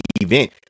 event